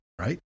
right